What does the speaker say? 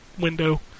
window